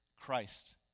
Christ